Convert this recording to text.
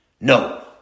No